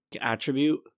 attribute